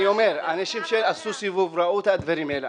אנשים שעשו סיבוב, ראו את הדברים האלה.